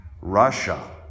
Russia